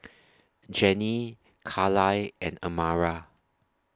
Jannie Carlisle and Amara